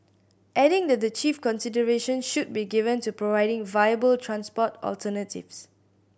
adding that the chief consideration should be given to providing viable transport alternatives